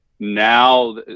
Now